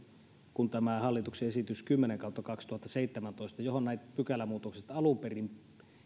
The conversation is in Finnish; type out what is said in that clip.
tämä hallituksen esitys kymmenen kautta kaksituhattaseitsemäntoista johon nämä pykälämuutokset alun perin